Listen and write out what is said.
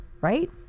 right